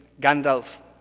Gandalf